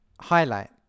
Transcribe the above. highlight